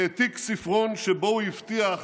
העתיק ספרון שבו הוא הבטיח